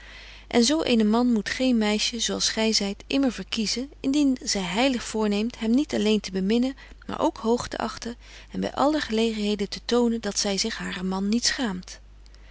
en zo eenen man moet geen meisje zo als gy zyt immer verkiezen indien zy heilig voorneemt hem niet alleen te beminnen maar ook hoog te achten en by alle gelegenheden te tonen dat zy zich haren man niet schaamt